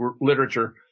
literature